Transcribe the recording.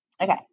Okay